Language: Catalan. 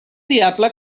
diable